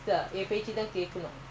!huh!